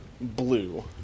blue